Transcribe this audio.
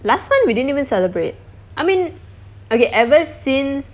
last time we didn't even celebrate I mean okay ever since